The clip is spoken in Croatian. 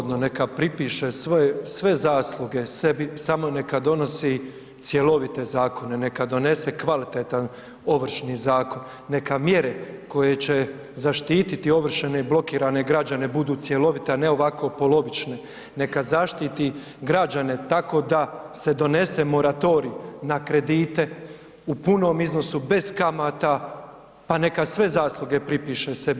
Slobodno neka pripiše sve zasluge sebi samo neka donosi cjelovite zakone, neka donese kvalitetan Ovršni zakon, neka mjere koje će zaštiti ovršene i blokirane građane budu cjelovite, a ne ovako polovične, neka zaštiti građane tako da se donese moratorij na kredite u punom iznosu bez kamata pa neka sve zasluge pripiše sebi.